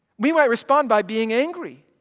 we might respond by being angry.